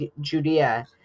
Judea